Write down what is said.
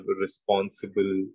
responsible